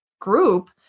group